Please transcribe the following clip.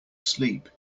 sleep